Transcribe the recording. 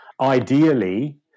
Ideally